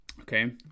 Okay